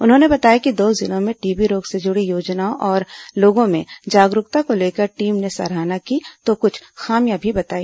उन्होंने बताया कि दो जिलों में टीबी रोग से जुड़ी योजना और लोगों में जागरूकता को लेकर टीम ने सराहना की है तो कुछ खामियां भी बताई